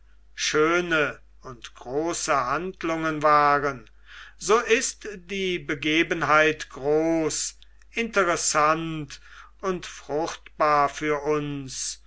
schöne und große handlungen waren so ist die begebenheit groß interessant und sichtbar für uns